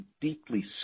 deeply